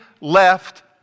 left